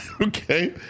okay